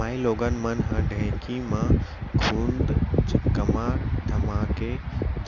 माइलोगन मन ह ढेंकी म खुंद कमा धमाके